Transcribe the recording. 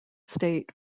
state